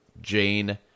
Jane